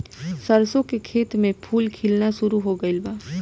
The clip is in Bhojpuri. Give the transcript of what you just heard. सरसों के खेत में फूल खिलना शुरू हो गइल बा